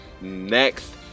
next